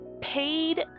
paid